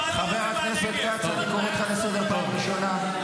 חבר הכנסת כץ, אני קורא אותך לסדר פעם ראשונה.